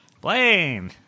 blame